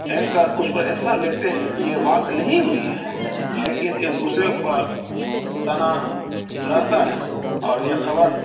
anchor اس پر action لیتے ہیں کہ یہ بات نہیں ہوئی ہے لیکن ایک دوسرے پر تنا رہتا ہے اور یہ خبر